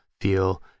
feel